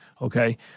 Okay